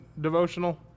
devotional